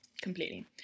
completely